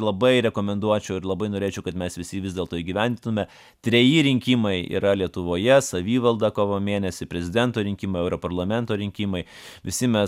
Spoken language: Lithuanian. labai rekomenduočiau ir labai norėčiau kad mes visi jį vis dėlto įgyvendintume treji rinkimai yra lietuvoje savivalda kovo mėnesį prezidento rinkimai europarlamento rinkimai visi mes